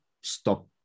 stop